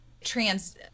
trans